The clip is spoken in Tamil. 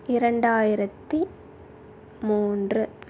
இரண்டாயிரத்தி மூன்று